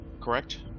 Correct